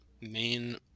main